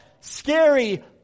scary